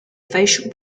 facial